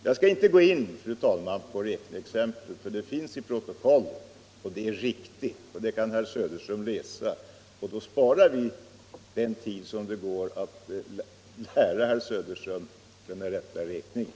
Jag skall, fru talman, inte gå in på räkneexemplen, därför att de finns i protokollet och är riktiga. Om herr Söderström läser dem så sparar vi in den tid som det tar att lära herr Söderström den rätta räkningen.